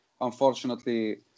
Unfortunately